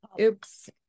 Oops